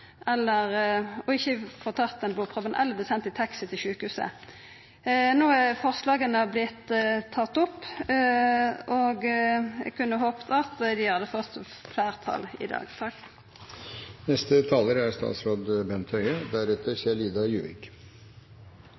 ikkje få tatt den blodprøva eller verta send i taxi til sjukehuset. Forslaga er vortne tatt opp, og eg hadde håpa at dei hadde fått fleirtal i dag. I likhet med forslagsstillerne er